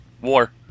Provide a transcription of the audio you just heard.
War